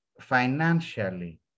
financially